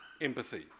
empathy